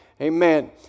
amen